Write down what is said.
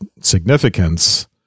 significance